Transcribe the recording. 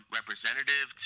representative